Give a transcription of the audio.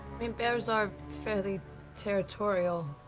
i mean bears are fairly territorial.